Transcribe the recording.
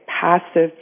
passive